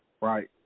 right